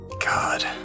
God